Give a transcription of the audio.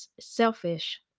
selfish